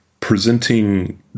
Presenting